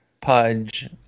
Pudge